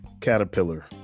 caterpillar